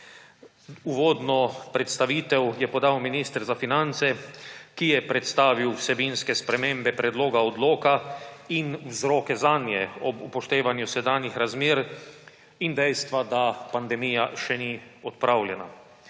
Uvodno predstavitev je podal minister za finance, ki je predstavil vsebinske spremembe predloga odloka in vzroke zanje ob upoštevanju sedanjih razmer in dejstva, da pandemija še ni odpravljena.